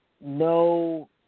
no